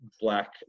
Black